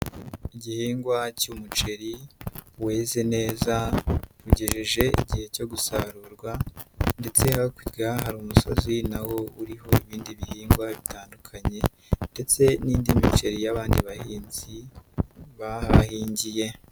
Igihingwa cy'umuceri weze neza ugejeje igihe cyo gusarurwa ndetse hakurya hari umusozi na wo uriho ibindi bihingwa bitandukanye ndetse n'indi miceri y'abandi bahinzi bahahingiye.